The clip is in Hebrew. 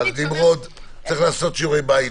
נמרוד, צריך לעשות שיעורי בית.